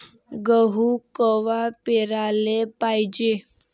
गहू कवा पेराले पायजे?